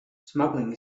smuggling